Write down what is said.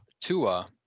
Tua –